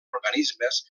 organismes